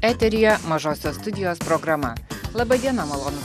eteryje mažosios studijos programa laba diena malonu